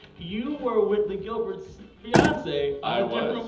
you were whitley's gilbert's fiance. i was.